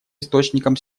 источником